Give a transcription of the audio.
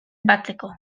batzeko